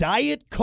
Diet